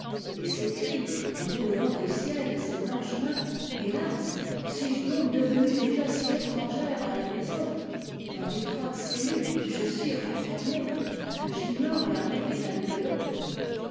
et s'écrie en étevant au çiet ses blanches mains hétas suis-je donc devenue déjà si étrangère a la maison dans t'étrpite eettule où je suistenfermée que j'ignore l'arrivée d'un nouvethôte elle